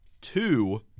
two